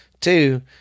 two